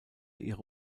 ihre